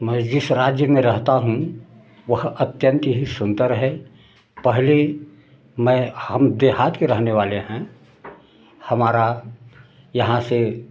मैं जिस राज्य में रहता हूँ वह अत्यंत ही सुंदर है पहले मैं हम देहात के रहने वाले हैं हमारा यहाँ से